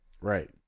Right